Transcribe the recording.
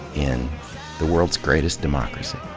in the world's greatest democracy.